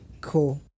cool